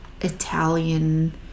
Italian